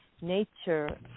nature